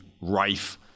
rife